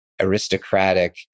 aristocratic